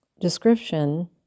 description